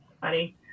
funny